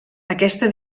aquesta